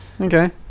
Okay